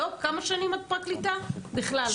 כמה שנים את פרקליטה, בכלל?